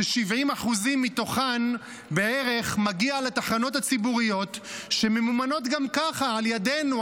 ש-70% מתוכן בערך מגיע לתחנות הציבוריות שממומנות גם ככה על ידינו,